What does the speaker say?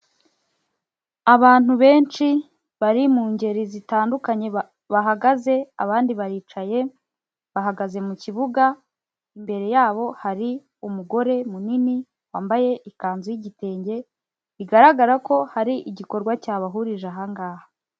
Abantu benshi bari mu ngeri zitandukanye bahagaze, abandi baricaye, bahagaze mu kibuga, imbere yabo hari umugore munini wambaye ikanzu y'igitenge, bigaragara ko hari igikorwa cyabahurije ahangaha.